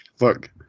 Look